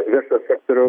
viešojo sektoriaus